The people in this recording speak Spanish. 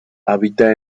habita